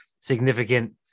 significant